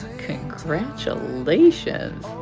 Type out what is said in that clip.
congratulations.